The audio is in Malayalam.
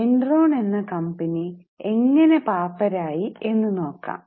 എൻറോൺ എന്ന കമ്പനി എങ്ങനെ പാപ്പരായി എന്ന് നോക്കാം